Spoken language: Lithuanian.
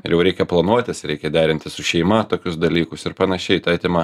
ir jau reikia planuotis reikia derintis su šeima tokius dalykus ir panašiai tai atima